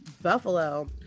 Buffalo